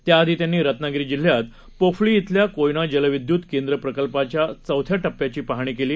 त्याआधी त्यांनी रत्नागिरी जिल्ह्यात पोफळी शिल्या कोयना जलविद्यूत केंद्र प्रकल्पाचा चौथ्या टप्प्याची पाहणी केली